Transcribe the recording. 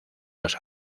los